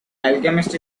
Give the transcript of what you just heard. alchemist